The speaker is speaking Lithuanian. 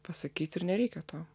pasakyti ir nereikia to